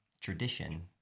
tradition